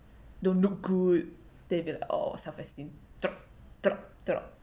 don't look good then you'll be like oh self esteem drop drop drop